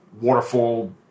waterfall